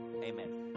Amen